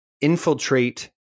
infiltrate